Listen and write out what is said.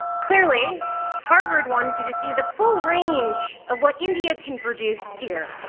clearly harvard wanted you to see the full range of what india can produce here.